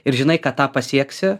ir žinai kad tą pasieksi